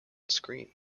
screen